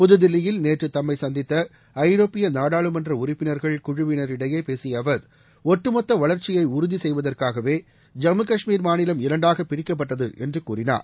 புதுதில்லியில் நேற்று தம்மை சந்தித்த ஐரோப்பிய நாடாளுமன்ற உறுப்பினர்கள் குழுவினரிடையே பேசிய அவர் ஒட்டு மொத்த வளர்ச்சியை உறுதி செய்வதற்காகவே ஜம்மு கஷ்மீர் மாநிலம் இரண்டாகப் பிரிக்கப்பட்டது என்று கூறினார்